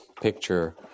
picture